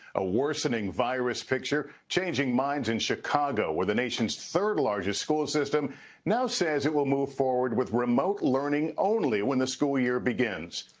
a worsening virus picture, changing minds in chicago with the nation's third largest school system says it will move forward with remote learning only when the school year begins.